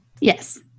Yes